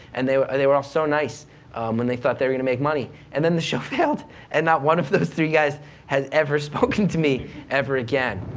and they were they were all so nice when they thought they were gonna make money, and then the show failed and not one of those three guys has ever spoken to me ever again.